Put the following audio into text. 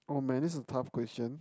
oh man this is tough question